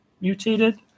mutated